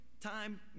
time